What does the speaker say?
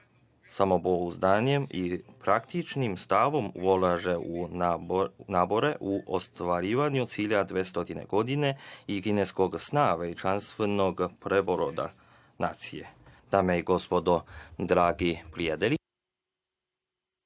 samopouzdanjem i praktičnim stavom ulaže napore u ostvarivanju cilja 200 godina i kineskog sna veličanstvenog preporoda nacije. Dame i gospodo, dragi prijatelji,